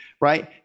right